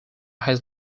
his